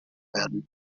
werden